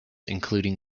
including